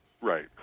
Right